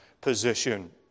position